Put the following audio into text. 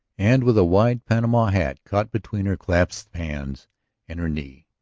and with a wide panama hat caught between her clasped hands and her knee.